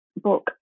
book